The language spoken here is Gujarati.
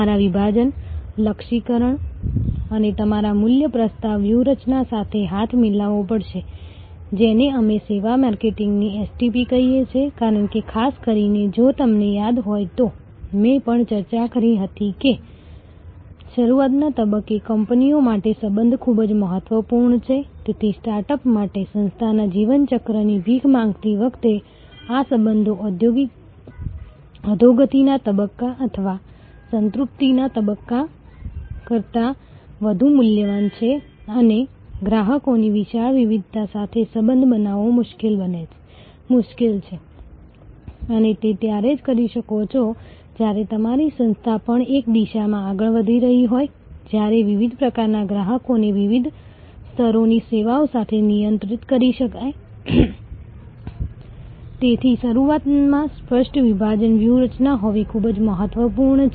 ચાલો આપણે આ એક ખૂબ જ રસપ્રદ સંશોધન પેપર જોઈએ જે આપણે 1990 થી જાણીએ છીએ અને તે હાર્વર્ડ બિઝનેસ રિવ્યુમાં પ્રકાશિત થયું હતું અને આ સંશોધન ખૂબ જ સ્પષ્ટપણે દર્શાવે છે કે ક્રેડિટ કાર્ડ ઔદ્યોગિક લોન્ડ્રી ઔદ્યોગિક વિતરણ ઓટો સર્વિસિંગ જેવી સેવાઓ માટે કેવી રીતે દર વર્ષે ગ્રાહકનું જીવન મૂલ્ય લગભગ ઝડપથી વધે છે